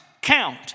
Count